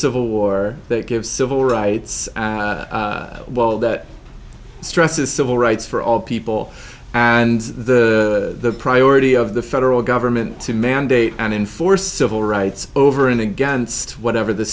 civil war that give civil rights well that stresses civil rights for all people and the priority of the federal government to mandate and enforce civil rights over and against whatever the